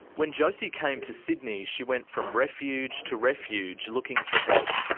when josie came to sydney, she went from refuge to refuge looking for help.